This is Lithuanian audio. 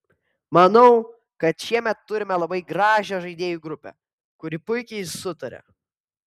manau kad šiemet turime labai gražią žaidėjų grupę kuri puikiai sutaria